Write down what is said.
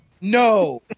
no